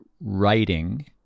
writing